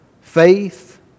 faith